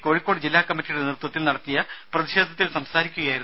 കോഴിക്കോട് ജില്ലാകമ്മിറ്റിയുടെ നടത്തിയ നേതൃത്വത്തിൽ പ്രതിഷേധത്തിൽ സംസാരിക്കുകയായിരുന്നു